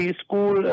school